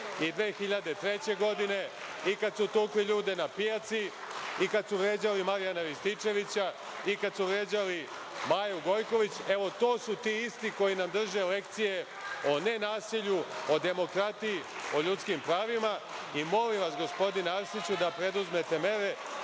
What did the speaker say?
i 2003. godine i kada su tukli ljude na pijaci i kad su vređali Marjana Rističevića i kada su vređali Maju Gojković. Evo, to su ti isti koji nam drže lekcije o ne nasilju, o demokratiji, o ljudskim pravima. Molim vas, gospodine Arsiću da preduzmete mere